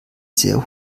sehr